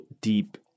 deep